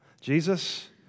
Jesus